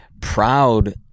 proud